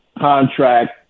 contract